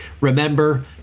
Remember